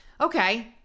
Okay